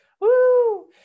Woo